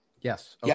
Yes